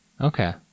Okay